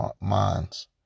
minds